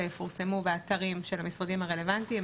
יפורסמו באתרים של המשרדים הרלוונטיים,